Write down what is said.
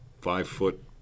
five-foot